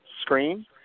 screen